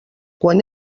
quan